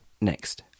Next